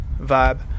vibe